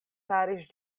faris